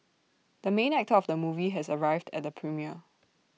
the main actor of the movie has arrived at the premiere